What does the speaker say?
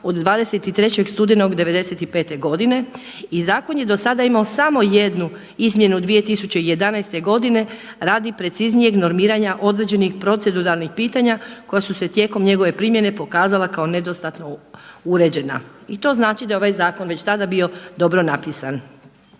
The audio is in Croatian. od 23. studenog 1995. godine. I zakon je dosada imamo samo jednu izmjenu 2011. godine radi preciznijeg normiranja određenih proceduralnih pitanja koja su se tijekom njegove primjene pokazala kao nedostatno uređena. I to znači da je ovaj zakon već tada bio dobro napisan.